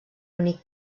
únic